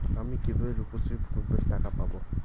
আমি কিভাবে রুপশ্রী প্রকল্পের টাকা পাবো?